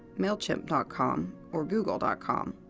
mailchimp dot com, or google dot com,